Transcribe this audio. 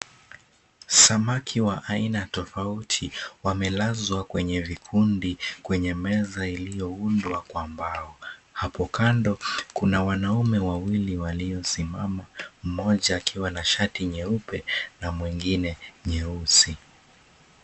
Samaki wa aina tofauti wamelazwa kwenye vikundi kwenye meza iliyoundwa kwa mbao. Hapo kando kuna wanaume wawili waliosimama, mmoja akiwa na shati nyeupe na mwingine nyeusi.